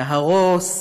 להרוס,